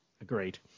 agreed